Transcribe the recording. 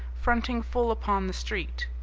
fronting full upon the street.